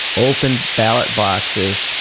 open ballot boxes.